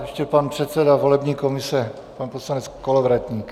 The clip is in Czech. Ještě pan předseda volební komise, pan poslanec Kolovratník.